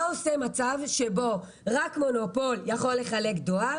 מה קורה במצב שבו רק מונופול יכול לחלק דואר